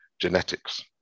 genetics